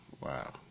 Wow